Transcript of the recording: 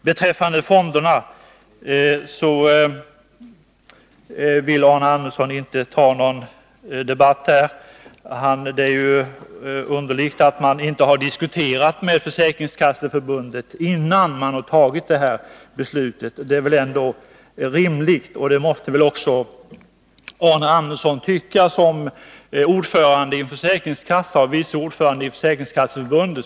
Beträffande fonderna vill Arne Andersson inte ta någon debatt här. Det är ju underligt att regeringen inte diskuterat frågan med Försäkringskasseförbundet, innan regeringen fattade det här beslutet. Det måste väl ändå Arne Andersson tycka som är ordförande i en försäkringskassa och vice ordförande i Försäkringskasseförbundet.